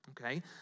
Okay